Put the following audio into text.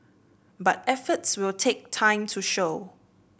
but efforts will take time to show